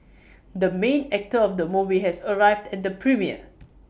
the main actor of the movie has arrived at the premiere